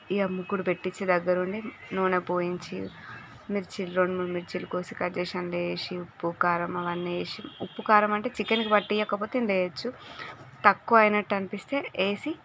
ముకుడు పెట్టించి దగ్గర ఉంది నూనె పోయించి మిర్చీలు రెండు మూడు కోసి కట్ చేసి అందులో వేసి ఉప్పు కారం అవన్నీ వేసి ఉప్పు కారం అంటే చికెన్కు పట్టించకపొతే ఇండ్ల వేయచ్చు తక్కువ అయినట్టు అనిపిస్తే వేసి